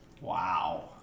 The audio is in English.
Wow